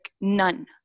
none